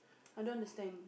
I don't understand